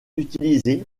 utilisées